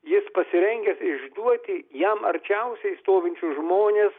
jis pasirengęs išduoti jam arčiausiai stovinčius žmones